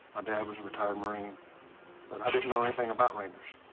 ah dad was a retired marine. but i didn't know anything about rangers.